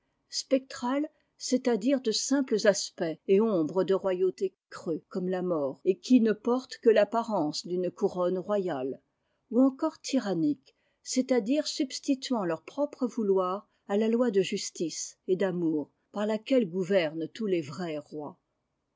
spectrales c'est-à-dire de simples aspects et ombres de royauté creux comme la mort et qui ne portent que l'apparence d'une couronne royale ï ou encore tyranniques c'est-à-dire subs tituant leur propre vouloir à la loi de justice et d'a v mour par laquelle gouvernent tous les vrais rois